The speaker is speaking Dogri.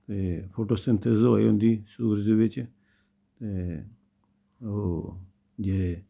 ते फोटोसिंथिसिज़ होए उंदी सूरज बिच ते ओ जे